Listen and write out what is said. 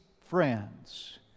friends